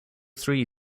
three